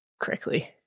correctly